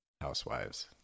Housewives